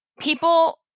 People